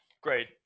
Great